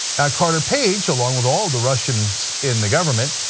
carter page, along with all the russians in the government,